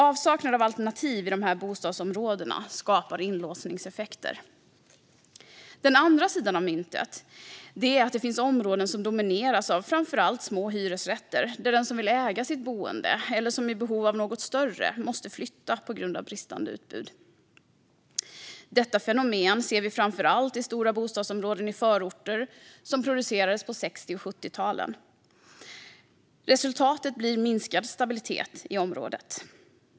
Avsaknad av alternativ i dessa bostadsområden skapar inlåsningseffekter. Den andra sidan av myntet är att det finns områden som domineras av framför allt små hyresrätter och där den som vill äga sitt boende eller är i behov av något större måste flytta på grund av bristande utbud. Detta fenomen ser vi framför allt i stora bostadsområden i förorter som producerades på 60 och 70-talen. Resultatet blir minskad stabilitet i området.